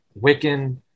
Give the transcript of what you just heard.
Wiccan